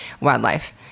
wildlife